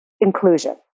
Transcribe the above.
inclusion